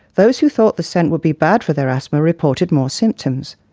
those who thought the scent would be bad for their asthma reported more symptoms.